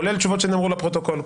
כולל תשובות שנאמרו לפרוטוקול.